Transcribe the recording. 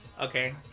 Okay